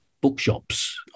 bookshops